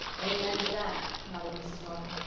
amen to that, nodded mrs. norman.